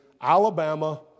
Alabama